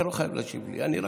אתה לא חייב להשיב לי.